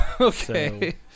Okay